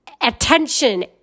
attention